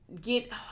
get